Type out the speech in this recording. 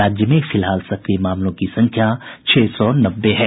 राज्य में फिलहाल सक्रिय मामलों की संख्या छह सौ नब्बे है